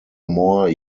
more